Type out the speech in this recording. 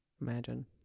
imagine